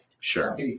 Sure